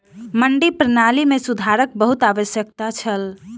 मंडी प्रणाली मे सुधारक बहुत आवश्यकता छल